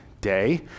day